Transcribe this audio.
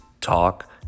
talk